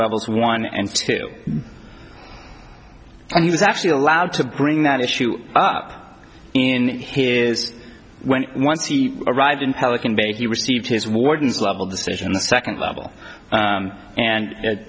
levels one and two and he was actually allowed to bring that issue up in here is when once he arrived in pelican bay he received his wardens level decision the second level and